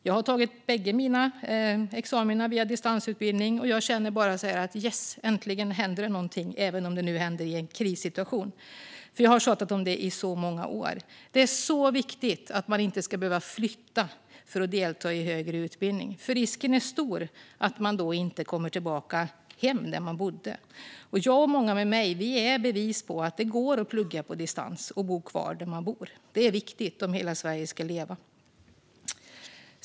Jag har tagit båda mina examina via distansutbildning, och jag känner: Yes, äntligen händer det någonting, även om det händer i en krissituation. Jag har tjatat om detta i så många år. Det är så viktigt att man inte ska behöva flytta för att delta i högre utbildning. Risken är nämligen stor att man då inte kommer tillbaka hem där man bodde. Jag och många med mig är bevis på att det går att plugga på distans och bo kvar där man bor. Det är viktigt om hela Sverige ska leva.